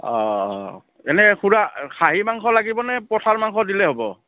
অঁ এনেই খুৰা খাহী মাংস লাগিব নে পঠাৰ মাংস দিলে হ'ব